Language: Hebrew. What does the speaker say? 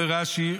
אומר רש"י,